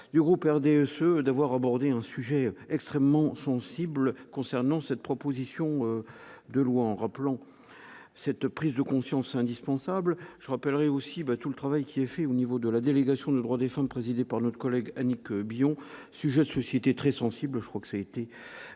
du groupe RDSE d'avoir abordé un sujet extrêmement sensible concernant cette proposition de loi en rappelant cette prise de conscience indispensable je rappellerai aussi bah tout le travail qui est fait au niveau de la délégation de devront défendent présidée par notre collègue Annick Billon, sujet de société très sensible, je crois que c'était